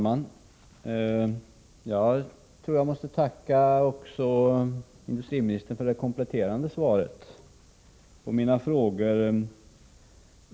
Herr talman! Jag måste tacka industriministern också för det kompletterande svaret på mina frågor.